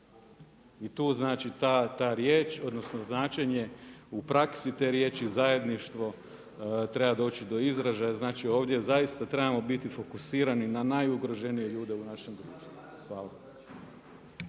I tu znači ta riječ, odnosno značenje u praksi te riječi zajedništvo treba doći do izražaja. Znači ovdje zaista trebamo biti fokusirani na najugroženije ljude u našem društvu. Hvala.